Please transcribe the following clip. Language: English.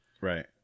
right